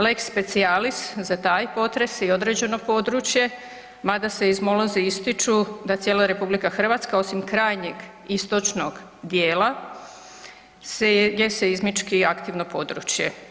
Lex specialis, za taj potres i određeno područje, mada seizmolozi ističu da cijela RH osim krajnjeg istočnog dijela je seizmički aktivno područje.